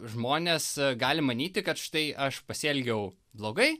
žmonės gali manyti kad štai aš pasielgiau blogai